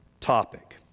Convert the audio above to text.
topic